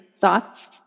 thoughts